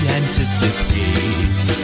anticipate